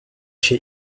się